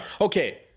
Okay